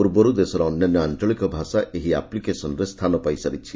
ପୂର୍ବରୁ ଦେଶର ଅନ୍ୟାନ୍ୟ ଅଞ୍ଚଳିକ ଭାଷା ଏହି ଆପ୍ଲିକେସନ୍ରେ ସ୍ସାନ ପାଇସାରିଛି